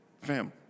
family